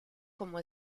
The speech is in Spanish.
como